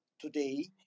today